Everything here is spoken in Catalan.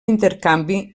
intercanvi